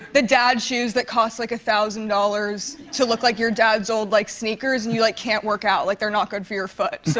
the dad shoes that cost like one thousand dollars to look like your dad's old like sneakers, and you, like, can't work out. like they're not good for your foot. so,